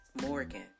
Morgan